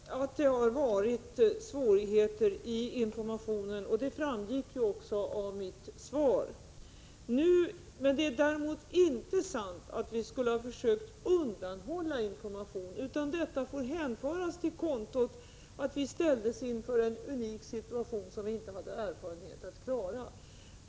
Herr talman! Det är sant att det har varit svårigheter med informationen, som framgick av mitt svar. Det är däremot inte sant att vi skulle ha försökt undanhålla information, utan bristerna därvidlag får hänföras till kontot att vi ställdes inför en unik situation som vi inte hade erfarenheter att klara.